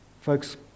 Folks